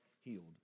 healed